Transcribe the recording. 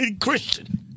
Christian